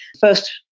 First